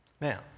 Now